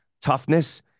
toughness